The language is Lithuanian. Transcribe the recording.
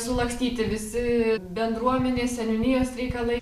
sulakstyti visi bendruomenės seniūnijos reikalai